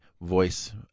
voice